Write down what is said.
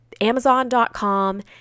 Amazon.com